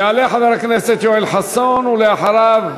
יעלה חבר הכנסת יואל חסון, ואחריו,